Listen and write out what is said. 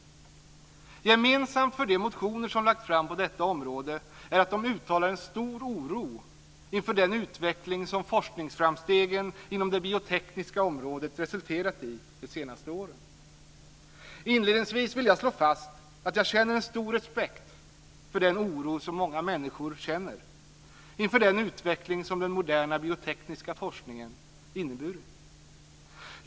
Gemensamt för de motioner som lagts fram på detta område är att de uttrycker en stor oro inför den utveckling som forskningsframstegen inom det biotekniska området resulterat i de senaste åren. Inledningsvis vill jag slå fast att jag känner en stor respekt för den oro som många människor känner inför den utveckling som den moderna biotekniska forskningen inneburit.